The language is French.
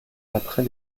après